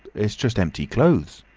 it's just empty clothes.